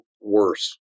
worse